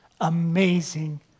amazing